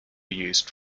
used